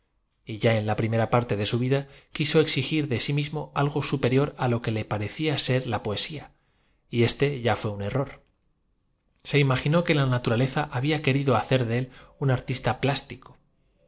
y a en la prim era parte de su vida quiso exigir de sí mismo algo superior á lo que le pa recía ser la poesía y éste y a fué un error se im agi nó que la naturaleza labia querido hacer de él un ar tista pláéiico